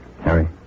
Harry